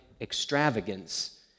extravagance